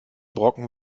brocken